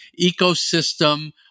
ecosystem